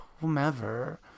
whomever